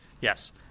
Yes